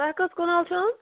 تۄہہِ کٔژھ کنال چھِوٕ